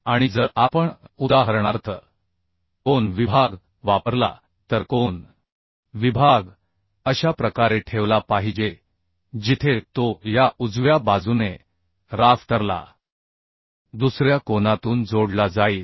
आणि जर आपण उदाहरणार्थ कोन विभाग वापरला तर कोन विभाग अशा प्रकारे ठेवला पाहिजे जिथे तो या बाजूने राफ्टरला दुसऱ्या कोनातून जोडला जाईल